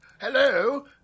Hello